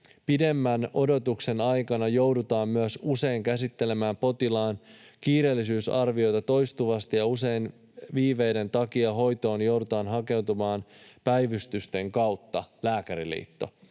Pidemmän odotuksen aikana joudutaan myös usein käsittelemään potilaan kiireellisyysarviota toistuvasti, ja usein viiveiden takia hoitoon joudutaan hakeutumaan päivystysten kautta.” Ja tämä